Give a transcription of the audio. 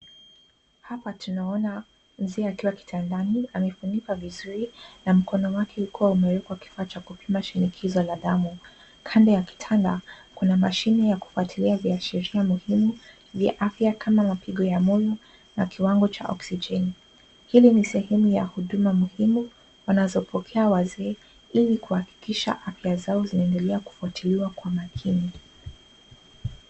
Hapa tunaona mzee akiwa kitandani amefunikwa vizuri na mkono wake ukiwa umewekwa kifaa cha kupima shinikizo la damu .Kando ya kitanda kuna mashine ya kufuatilia viashiria muhimu vya afya kama mapigo ya moyo na kiwango cha oksijeni. Hili ni sehemu ya huduma muhimu wanazopokea wazee ili kuhakikisha afya zao zinaendelea kufuatiliwa kwa makini.